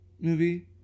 movie